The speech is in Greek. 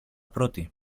πρώτη